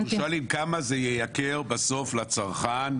--- שואלים כמה הרגולציה הזאת תייקר בסוף לצרכן.